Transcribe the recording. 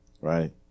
Right